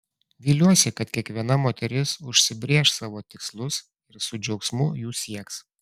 viliuosi kad kiekviena moteris užsibrėš savo tikslus ir su džiaugsmu jų sieks